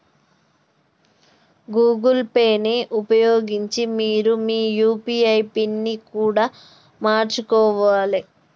Google Pay ని ఉపయోగించి మీరు మీ యూ.పీ.ఐ పిన్ని కూడా మార్చుకోవాలే